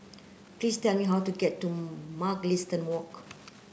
please tell me how to get to Mugliston Walk